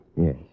Yes